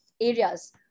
areas